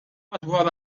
madwar